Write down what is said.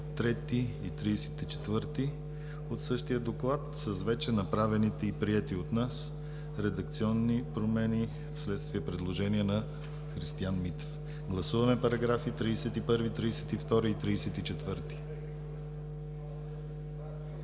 33 и 34 от същия Доклад с вече направените и приети от нас редакционни промени, вследствие предложение на Христиан Митев. Гласуваме параграфи 31, 32 и 34.